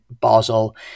Basel